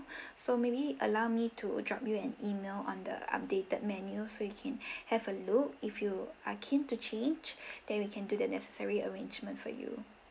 so maybe allow me to drop you an email on the updated menu so you can have a look if you are keen to change then we can do the necessary arrangement for you